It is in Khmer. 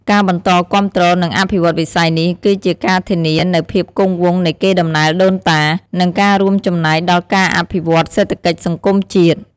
ការបន្តគាំទ្រ និងអភិវឌ្ឍន៍វិស័យនេះ គឺជាការធានានូវភាពគង់វង្សនៃកេរដំណែលដូនតា និងការរួមចំណែកដល់ការអភិវឌ្ឍន៍សេដ្ឋកិច្ចសង្គមជាតិ។